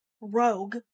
rogue